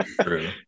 True